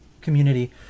community